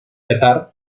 catar